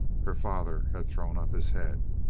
her father had thrown up his head.